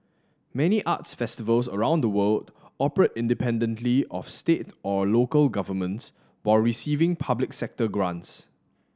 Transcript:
many arts festivals around the world operate independently of state or local governments while receiving public sector grants